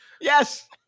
Yes